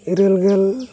ᱤᱨᱟᱹᱞ ᱜᱮᱞ